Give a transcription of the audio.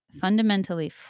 fundamentally